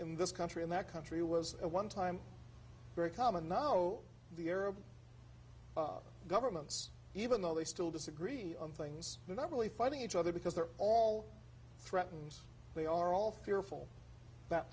in this country in that country was at one time very common now all the arab governments even though they still disagree on things not really fighting each other because they're all threatened they are all fearful that